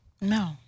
No